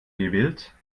gewillt